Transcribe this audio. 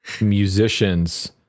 musicians